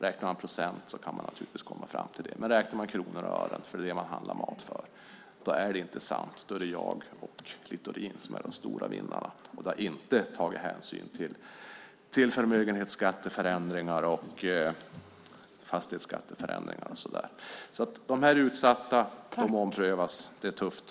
Räknar man i procent kan man naturligtvis komma fram till det, men räknar man kronor och ören - det är det man handlar mat för - är det inte sant. Då är det jag och Littorin som är de stora vinnarna. Och då har jag inte tagit hänsyn till förmögenhetsskatteförändringar, fastighetsskatteförändringar och sådant. De utsatta omprövas. Det är tufft.